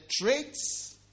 traits